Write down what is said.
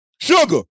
Sugar